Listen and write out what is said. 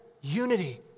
unity